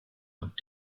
und